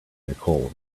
nicole